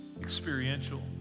experiential